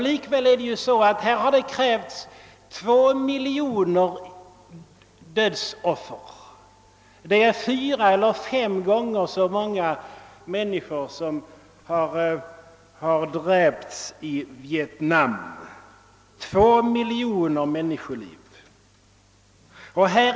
Likväl har det i denna konflikt krävts två miljoner dödsoffer. dvs. fyra eller fem gånger det antal människor som dräpts i Vietnam. Två miljoner människoliv!